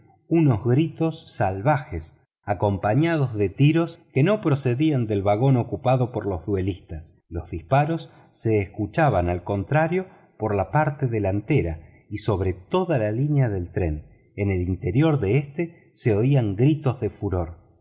unos gritos salvajes acompañados de tiros que no procedían del vagón ocupado por los duelistas los disparos se escuchaban al contrario por la parte delantera y sobre toda la línea del tren en el interior de éste se oían gritos de furor